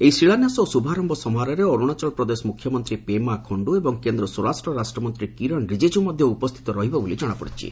ଏହି ଶିଳାନ୍ୟାସ ଏବଂ ଶ୍ରଭାରର୍ୟ ସମାରୋହରେ ଅରୁଣାଚଳ ପ୍ରଦେଶ ମୁଖ୍ୟମନ୍ତ୍ରୀ ପେମା ଖଣ୍ଟୁ ଏବଂ କେନ୍ଦ୍ର ସ୍ୱରାଷ୍ଟ୍ର ରାଷ୍ଟ୍ରମନ୍ତ୍ରୀ କିରଣ ରିଜିଜ୍ଞ ମଧ୍ୟ ଉପସ୍ଥିତ ରହିବେ ବୋଲି ଜଣାପଡ଼ିଛି